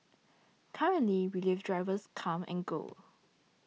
currently relief drivers come and go